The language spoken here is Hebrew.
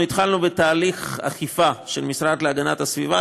אנחנו התחלנו בתהליך אכיפה של המשרד להגנת הסביבה,